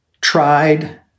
tried